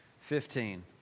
Fifteen